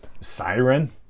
Siren